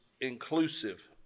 inclusive